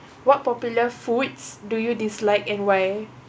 what popular foods do you dislike and why